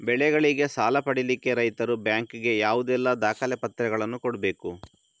ಬೆಳೆಗಳಿಗೆ ಸಾಲ ಪಡಿಲಿಕ್ಕೆ ರೈತರು ಬ್ಯಾಂಕ್ ಗೆ ಯಾವುದೆಲ್ಲ ದಾಖಲೆಪತ್ರಗಳನ್ನು ಕೊಡ್ಬೇಕು?